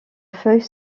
feuille